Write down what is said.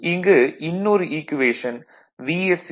இங்கு இன்னொரு equation VSC